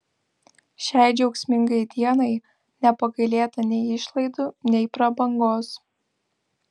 šiai džiaugsmingai dienai nepagailėta nei išlaidų nei prabangos